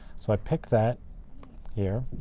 so i pick that here,